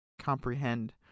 comprehend